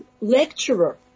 lecturer